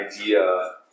idea